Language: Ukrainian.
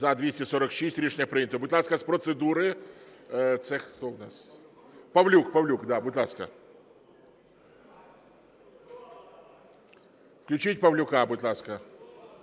За-246 Рішення прийнято. Будь ласка, з процедури. Це хто у нас? Павлюк. Павлюк, да, будь ласка. Включіть Павлюка, будь ласка.